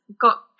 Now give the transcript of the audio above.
got